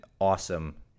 awesome